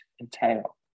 entail